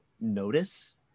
notice